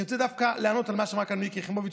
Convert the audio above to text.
אני רוצה דווקא לענות על מה שאמרה כאן מיקי יחימוביץ',